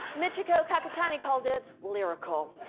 michiko kakutani called it lyrical.